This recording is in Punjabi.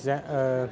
ਜੈ